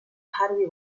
harvey